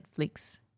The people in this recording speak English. Netflix